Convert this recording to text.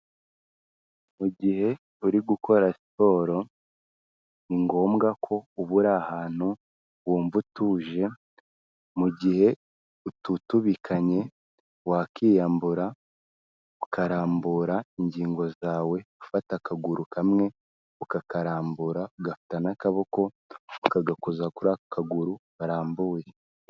Mu gihe uri gukora siporo ni ngombwa ko uba ura ahantu wumva utuje, mu gihe ututubikanye wakiyambura ukarambura ingingo zawe, ufata akaguru kamwe ukakarambura ugafatata n'akaboko ukagakoza kuri aka kaguru karambuye.